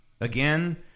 again